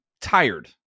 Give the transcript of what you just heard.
tired